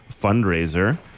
fundraiser